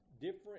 different